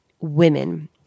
women